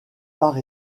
part